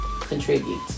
contribute